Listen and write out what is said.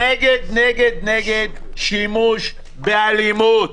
אני נגד נגד נגד שימוש באלימות.